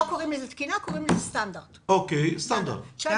קוראים לזה סטנדרט, לא